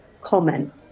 comment